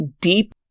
deep